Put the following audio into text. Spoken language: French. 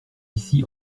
ici